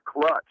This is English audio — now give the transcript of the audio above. Clutch